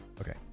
Okay